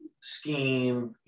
scheme